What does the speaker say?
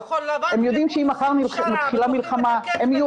הם יודעים שאם מחר מתחילה מלחמה הם יהיו